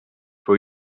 for